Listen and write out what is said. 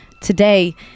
Today